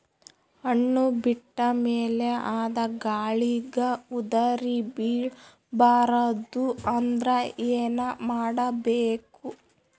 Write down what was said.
ಹಣ್ಣು ಬಿಟ್ಟ ಮೇಲೆ ಅದ ಗಾಳಿಗ ಉದರಿಬೀಳಬಾರದು ಅಂದ್ರ ಏನ ಮಾಡಬೇಕು?